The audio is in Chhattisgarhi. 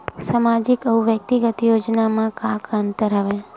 सामाजिक अउ व्यक्तिगत योजना म का का अंतर हवय?